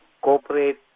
corporate